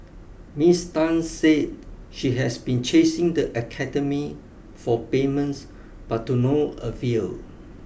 Ms Tan said she has been chasing the academy for payments but to no avail